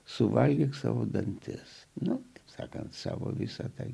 suvalgyk savo dantis nu sakant savo visą tą